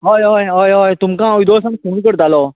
हय हय हय हय तुमकां हांव येदोळसान फोन करतालो